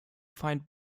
find